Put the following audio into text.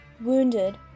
wounded